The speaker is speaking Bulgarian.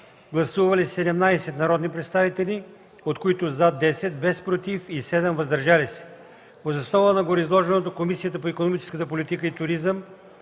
гласували 17 народни представители, от които: „за” 10, без „против” и 7 „въздържали се”. Въз основа на гореизложеното, Комисията по икономическата политика и туризъм